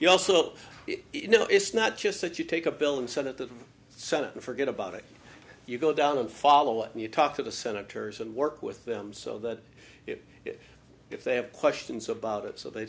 you also know it's not just that you take a bill in the senate the senate and forget about it you go down and follow and you talk to the senators and work with them so that if they have questions about it so they